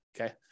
Okay